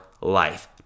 life